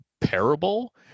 parable